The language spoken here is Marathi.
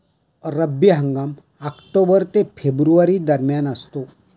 रब्बी हंगाम ऑक्टोबर ते फेब्रुवारी दरम्यान असतो